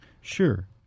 Sure